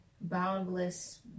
boundless